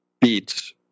beats